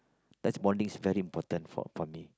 that's bonding very important for for me